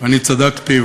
ואני צדקתי.